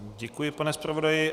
Děkuji, pane zpravodaji.